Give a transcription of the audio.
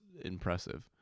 impressive